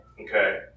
Okay